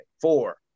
four